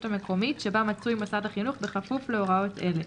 המקומית שבה מצוי מוסד החינוך בכפוף להוראות אלה: